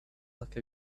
like